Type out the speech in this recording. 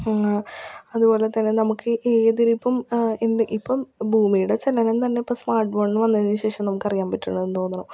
അതുപോലെ തന്നെ നമുക്ക് ഏതൊരു ഇപ്പം എന്ത് ഇപ്പം ഭൂമിയുടെ ചലനം തന്നെ ഇപ്പം സ്മാർട്ഫോൺ വന്നതിന് ശേഷം നമുക്ക് അറിയാൻ പറ്റുന്നു എന്ന് തോന്ന